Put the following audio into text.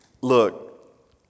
look